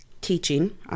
teaching